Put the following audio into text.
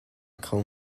kho